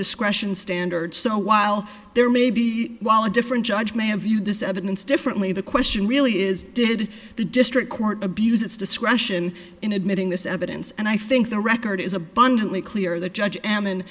discretion standard so while there may be while a different judge may have viewed this evidence differently the question really is did the district court abuse its discretion in admitting this evidence and i think the record is abundantly clear the judge a